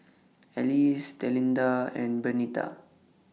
Alcie Delinda and Bernita